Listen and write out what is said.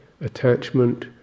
attachment